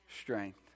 strength